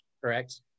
correct